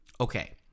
okay